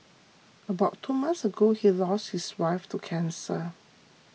about two months ago he lost his wife to cancer